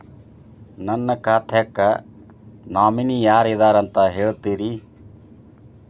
ನನ್ನ ಖಾತಾಕ್ಕ ನಾಮಿನಿ ಯಾರ ಇದಾರಂತ ಹೇಳತಿರಿ?